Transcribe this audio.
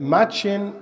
Matching